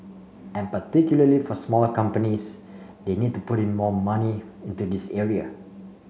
and particularly for smaller companies they need to put more money into this area